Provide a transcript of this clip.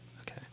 Okay